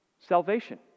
salvation